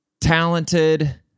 talented